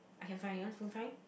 I can find you want phone find